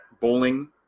Bowling